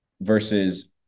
versus